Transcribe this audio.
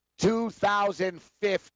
2015